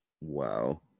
Wow